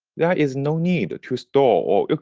there is no need to store or